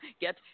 Get